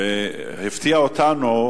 והפתיע אותנו: